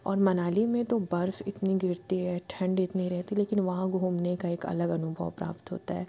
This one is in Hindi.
और मनाली में तो बर्फ इतनी गिरती है ठंढ इतनी रहती लेकिन वहाँ घूमने का एक अलग अनुभव प्राप्त होता है